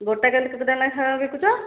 ଗୋଟାକରେ କେତେ ଟଙ୍କା ଲେଖାଁ ବିକୁଛ